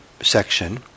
section